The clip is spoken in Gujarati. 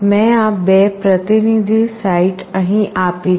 મેં આ 2 પ્રતિનિધિ સાઇટ અહીં આપી છે